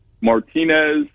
Martinez